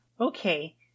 Okay